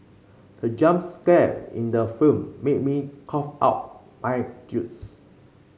the jump scare in the film made me cough out my juice